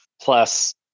plus